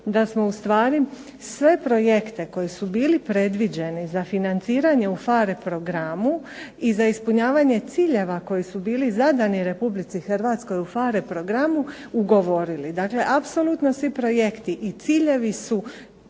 da smo u stvari sve projekte koji su bili predviđeni za financiranje u PHARE programu i za ispunjavanje ciljeva koji su bili zadani Republici Hrvatskoj u PHARE programu ugovorili. Dakle, apsolutno svi projekti i ciljevi su